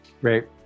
Great